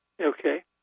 Okay